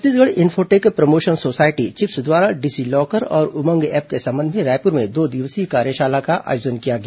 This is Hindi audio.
Chhattisgarh Infotech Promotion Society CHiPS द्वारा डिजिलॉकर और उमंग एप के संबंध में रायपुर में दो दिवसीय कार्यशाला का आयोजन किया गया